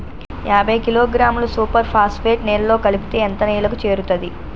యాభై కిలోగ్రాముల super phosphate నేలలో కలిపితే ఎంత నేలకు చేరుతది?